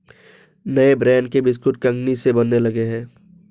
नए ब्रांड के बिस्कुट कंगनी से बनने लगे हैं